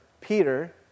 Peter